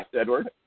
Edward